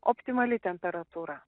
optimali temperatūra